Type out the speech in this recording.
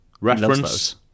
Reference